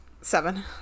Seven